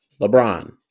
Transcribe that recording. LeBron